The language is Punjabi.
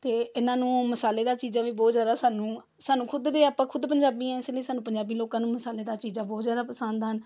ਅਤੇ ਇਹਨਾਂ ਨੂੰ ਮਸਾਲੇਦਾਰ ਚੀਜ਼ਾਂ ਵੀ ਬਹੁਤ ਜ਼ਿਆਦਾ ਸਾਨੂੰ ਸਾਨੂੰ ਖ਼ੁਦ ਦੇ ਆਪਾਂ ਖ਼ੁਦ ਪੰਜਾਬੀ ਹਾਂ ਇਸ ਲਈ ਸਾਨੂੰ ਪੰਜਾਬੀ ਲੋਕਾਂ ਨੂੰ ਮਸਾਲੇਦਾਰ ਚੀਜ਼ਾਂ ਬਹੁਤ ਜ਼ਿਆਦਾ ਪਸੰਦ ਹਨ